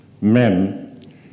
men